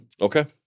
Okay